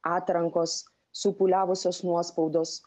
atrankos supūliavusios nuospaudos